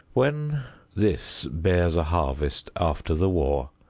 when this bears a harvest after the war,